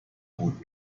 gut